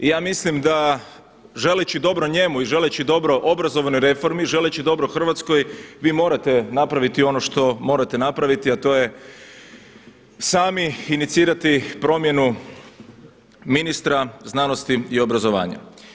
I ja mislim da želeći dobro njemu i želeći dobro obrazovnoj reformi, želeći dobro Hrvatskoj vi morate napraviti ono što morate napraviti a to je sami inicirati promjenu ministra znanosti i obrazovanja.